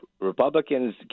Republicans